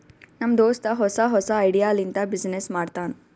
ನಮ್ ದೋಸ್ತ ಹೊಸಾ ಹೊಸಾ ಐಡಿಯಾ ಲಿಂತ ಬಿಸಿನ್ನೆಸ್ ಮಾಡ್ತಾನ್